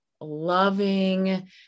loving